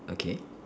okay